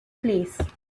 place